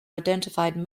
identified